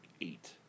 eight